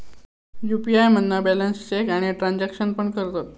UPI मधना balance check आणि transaction पण करतत